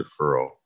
deferral